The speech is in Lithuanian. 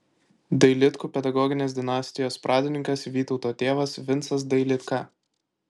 dailidkų pedagoginės dinastijos pradininkas vytauto tėvas vincas dailidka